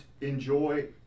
enjoy